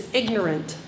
ignorant